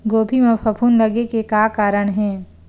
गोभी म फफूंद लगे के का कारण हे?